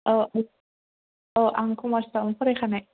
औ आं कमार्सआवनो फरायखानाय